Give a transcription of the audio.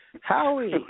Howie